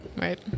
Right